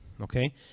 okay